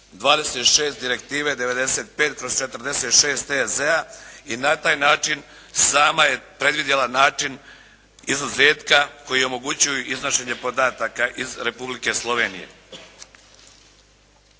26. direktive 95/46 EZ-a i na taj način sama je predvidjela način izuzetka koji omogućuju iznošenje podataka iz Republike Slovenije.